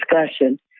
discussion